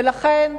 ולכן,